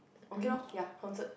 okay lor ya concert